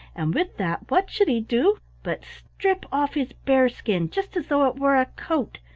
and with that what should he do but strip off his bear-skin just as though it were a coat,